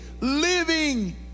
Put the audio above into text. living